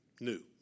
new